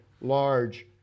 large